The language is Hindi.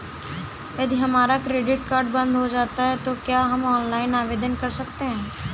यदि हमारा क्रेडिट कार्ड बंद हो जाता है तो क्या हम ऑनलाइन आवेदन कर सकते हैं?